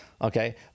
Okay